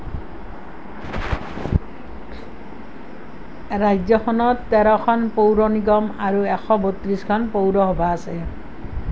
ৰাজ্যখনত তেৰখন পৌৰ নিগম আৰু এশ বত্ৰিশখন পৌৰসভা আছে